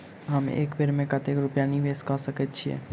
हम एक बेर मे कतेक रूपया निवेश कऽ सकैत छीयै?